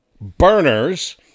burners